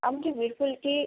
अबकी विर्पुल की